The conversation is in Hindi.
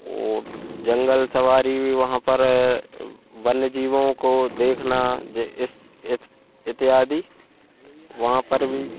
और जंगल सवारी भी वहाँ पर वन्य जीवों को देखना जे इस इथ इत्यादि वहाँ पर भी